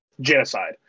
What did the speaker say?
genocide